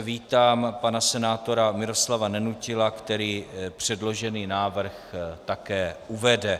Vítám zde pana senátora Miroslava Nenutila, který předložený návrh také uvede.